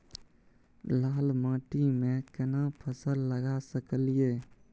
लाल माटी में केना फसल लगा सकलिए?